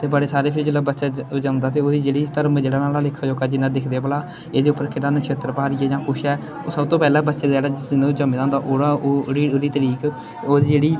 ते बड़े सारे फिर बच्चे जेल्लै बच्चा जम्मदा ते ओह्दी जेह्ड़ी धर्म ऐ जेह्ड़ा ओह्दा लेखा जोखा जिन्ना दिक्खदे भला एह्दे उप्पर केह्ड़ा नक्षत्र भारी ऐ जां कुछ ऐ ओह् सब्भ तों पैह्लें बच्चे दे जेह्ड़ा जिस दिन दा ओह् जम्मे दा होंदा ओह्दा ओह् तरीक ओह्दी जेह्ड़ी